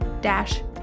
dash